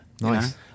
Nice